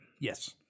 Yes